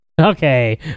okay